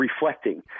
reflecting